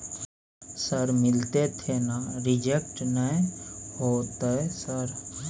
Sir मिलते थे ना रिजेक्ट नय होतय सर?